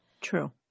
True